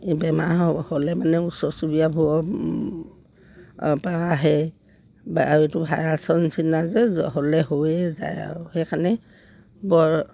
এই বেমাৰ হ'লে মানে ওচৰ চুুবুৰীয়াবোৰৰ পৰা আহে বা আৰু এইটো ভাইৰাছৰ নিচিনা যে হ'লে হৈয়ে যায় আৰু সেইকাৰণে বৰ